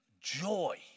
joy